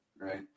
right